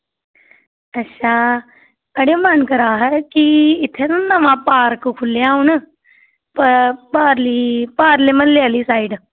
अच्छा अड़ेओ मन करा दा हा कि इत्थै ना नवां पार्क खु'ल्लेआ हू'न प परली पार्ले म्हल्ले आह्ली साइड